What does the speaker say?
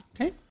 Okay